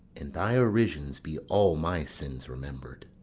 in thy orisons be all my sins remember'd.